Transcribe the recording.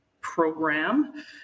program